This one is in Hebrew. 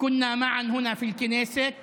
היינו פה יחד בכנסת